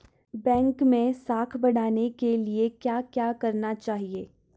Bank मैं साख बढ़ाने के लिए क्या क्या करना चाहिए?